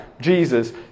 Jesus